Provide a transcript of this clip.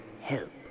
help